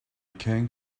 can